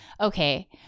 okay